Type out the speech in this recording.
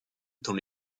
dans